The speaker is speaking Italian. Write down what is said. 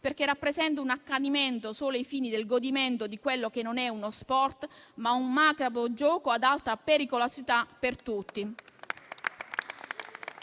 perché rappresenta un accanimento solo ai fini del godimento di quello che non è uno sport, ma un macabro gioco ad alta pericolosità per tutti.